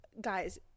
guys